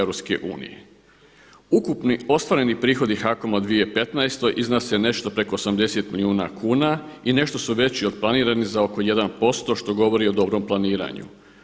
Ukupni ostvareni prihodi HAKOM-a u 2015. iznose nešto preko 80 milijuna kuna i nešto su veći od planiranih za oko 1% što govori o dobrom planiranju.